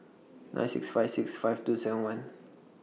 nine six five six five two seven one